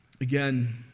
Again